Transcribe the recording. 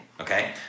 Okay